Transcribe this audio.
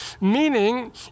meaning